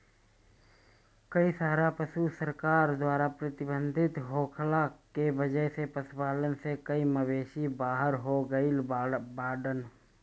कई सारा पशु सरकार द्वारा प्रतिबंधित होखला के वजह से पशुपालन से कई मवेषी बाहर हो गइल बाड़न